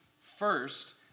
first